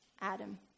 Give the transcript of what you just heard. Adam